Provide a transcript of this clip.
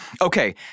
Okay